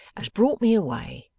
has brought me away,